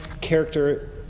character